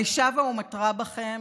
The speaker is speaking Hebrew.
אני שבה ומתרה בכם: